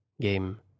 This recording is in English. game